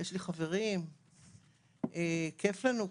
יש לי חברים, כיף לנו.